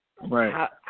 right